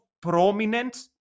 prominent